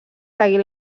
seguir